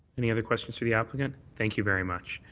any other questions for the applicant? thank you very much.